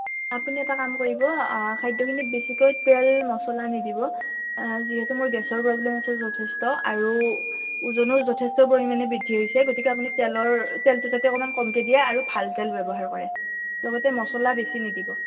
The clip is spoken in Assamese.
আপুনি এটা কাম কৰিব খাদ্যখিনিত বেছিকৈ তেল মছলা নিদিব যিহেতু মোৰ গেছৰ প্ৰবলেম আছে যথেষ্ট আৰু ওজনো যথেষ্ট পৰিমাণে বৃদ্ধি হৈছে গতিকে আপুনি তেলৰ তেলটো যাতে অলপ কমকৈ দিয়ে আৰু ভাল তেল ব্যৱহাৰ কৰে লগতে মছলা বেছি নিদিব